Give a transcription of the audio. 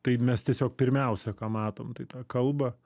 tai mes tiesiog pirmiausia ką matom tai tą kalbą